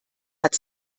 hat